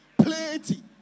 Plenty